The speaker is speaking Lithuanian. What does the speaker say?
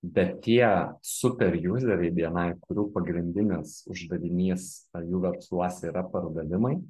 bet tie super jūzeriai bni kurių pagrindinis uždavinys jų versluose yra pardavimai